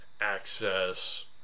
access